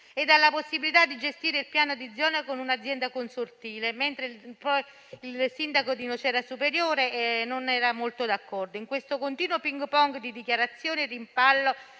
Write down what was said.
ed alla possibilità di gestire il Piano di zona con un'azienda consortile, mentre il sindaco di Nocera Superiore non era molto d'accordo. In questo continuo ping pong di dichiarazioni e rimpallo